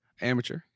Amateur